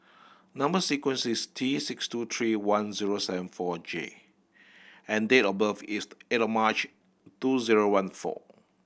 number sequence is T six two three one zero seven four J and date of birth is eight March two zero one four